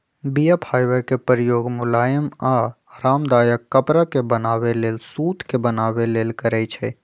बीया फाइबर के प्रयोग मुलायम आऽ आरामदायक कपरा के बनाबे लेल सुत के बनाबे लेल करै छइ